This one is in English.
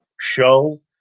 show